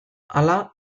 hala